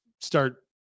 start